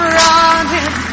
running